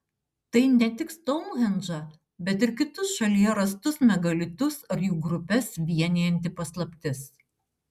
tai ne tik stounhendžą bet ir kitus šalyje rastus megalitus ar jų grupes vienijanti paslaptis